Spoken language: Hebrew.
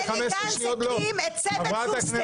עוד 15 שניות --- בני גנץ הקים את צוות שוסטר.